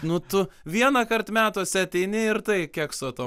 nu tu vienąkart metuose ateini ir tai kekso to